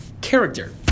character